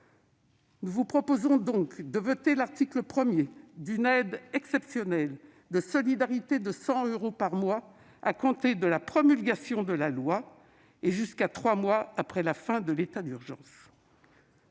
Nous vous proposons donc de voter l'article 1, qui prévoit une aide exceptionnelle de solidarité de 100 euros par mois à compter de la promulgation de la loi et jusqu'à trois mois après la fin de l'état d'urgence.